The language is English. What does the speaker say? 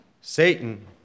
Satan